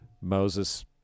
Moses